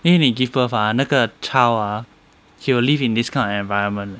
因为你 give birth ah 那个 child ah he will live in this kind of environment